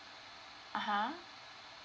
(uh huh)